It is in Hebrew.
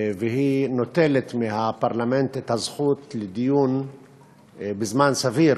והיא נוטלת מהפרלמנט את הזכות לדיון בזמן סביר